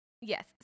Yes